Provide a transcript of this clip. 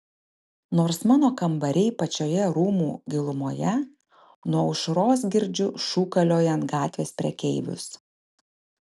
nors mano kambariai pačioje rūmų gilumoje nuo aušros girdžiu šūkaliojant gatvės prekeivius